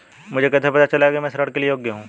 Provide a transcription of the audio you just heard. मुझे कैसे पता चलेगा कि मैं ऋण के लिए योग्य हूँ?